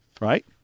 Right